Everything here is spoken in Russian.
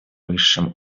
высшем